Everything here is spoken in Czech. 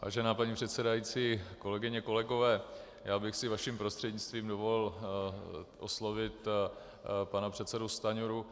Vážená paní předsedající, kolegyně, kolegové, já bych si vaším prostřednictvím dovolil oslovit pana předsedu Stanjuru.